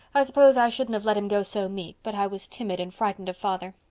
i s'pose i shouldn't have let him go so meek but i was timid and frightened of father.